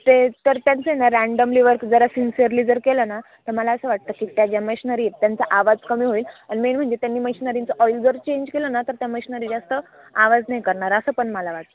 ते तर त्यांचं आहे ना रँडमली वर्क जरा सिन्सिअरली जर केलं ना तर मला असं वाटतं की त्या ज्या मशिनरी आहेत त्यांचा आवाज कमी होईल आणि मेन म्हणजे त्यांनी मशिनरींचं ऑईल जर चेंज केलं ना तर त्या मशिनरी जास्त आवाज नाही करणार असं पण मला वाटतं